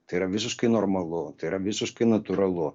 tai yra visiškai normalu tai yra visiškai natūralu